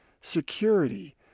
security